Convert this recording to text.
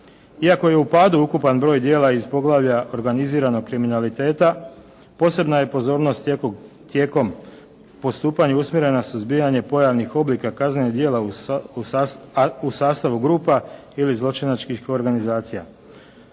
Iako je u padu ukupan broj djela iz poglavlja organiziranog kriminaliteta, posebna je pozornost tijekom postupanja usmjerena na suzbijanje pojavnih oblika kaznenih djela u sastavu grupa ili zločinačkih organizacija.